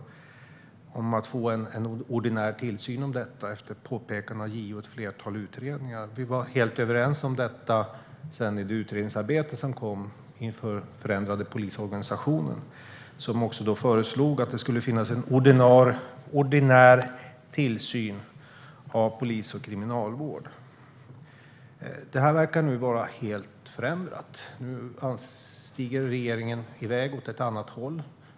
Det handlade om att få en ordinär tillsyn om detta efter påpekanden av JO och ett flertal utredningar. Vi var helt överens om detta i det utredningsarbete som sedan kom inför den förändrade polisorganisationen. Där föreslogs att det skulle finnas en ordinär tillsyn av polis och kriminalvård. Detta verkar nu vara helt förändrat. Nu stegar regeringen iväg åt ett annat håll.